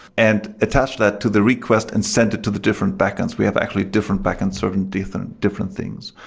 and attach that to the request and send it to the different backends. we have actually different backends serving different different things.